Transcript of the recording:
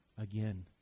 again